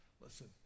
Listen